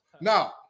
Now